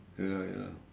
ya ya